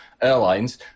airlines